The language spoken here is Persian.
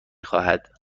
خواهد